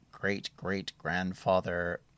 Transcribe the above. great-great-grandfather